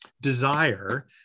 desire